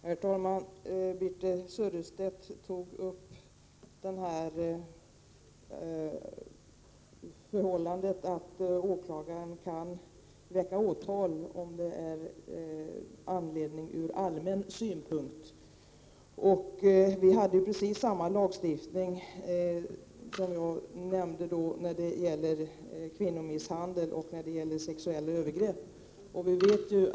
Herr talman! Birthe Sörestedt tog upp det förhållandet att åklagaren kan väcka åtal om det är motiverat ”ur allmän synpunkt”. Vi hade precis samma typ av lagstiftning beträffande kvinnomisshandel och sexuella övergrepp.